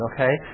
Okay